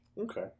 okay